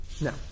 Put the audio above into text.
No